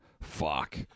fuck